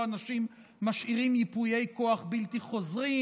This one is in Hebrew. אנשים משאירים ייפויי כוח בלתי חוזרים,